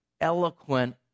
eloquent